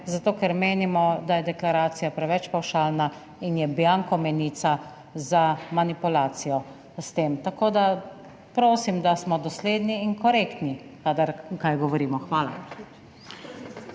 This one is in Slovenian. zato, ker menimo, da je deklaracija preveč pavšalna in je bianko menica za manipulacijo s tem. Tako da prosim, da smo dosledni in korektni kadar kaj govorimo. Hvala.